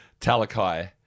Talakai